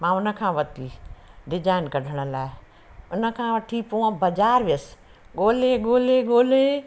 मां हुन खां वती डिजाइन कढण लाइ उन खां वठी पोइ मां बाज़ारि वियसि ॻोल्हे ॻोल्हे ॻोल्हे